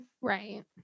Right